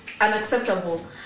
unacceptable